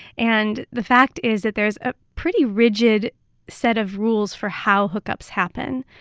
and the fact is that there's a pretty rigid set of rules for how hookups happen.